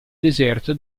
deserto